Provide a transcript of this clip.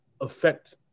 affect